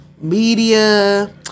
media